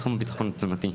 בתחום הביטחון התזונתי.